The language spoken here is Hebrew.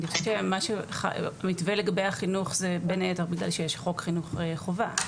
אני חושבת שהמתווה לגבי החינוך זה בין היתר בגלל שיש חוק חינוך חובה,